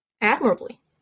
admirably